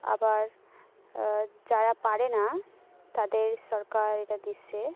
আবার যারা পারে না তাদের সরকার এটা দিয়েছে